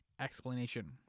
explanation